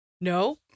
No